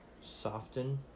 soften